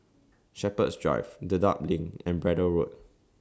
Shepherds Drive Dedap LINK and Braddell Road